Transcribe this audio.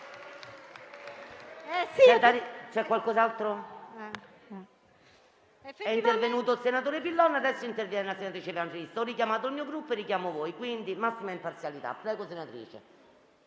Colleghi, è intervenuto il senatore Pillon, ora interviene la senatrice Evangelista. Ho richiamato il mio Gruppo, ora richiamo voi; quindi, massima imparzialità. Prego, senatrice.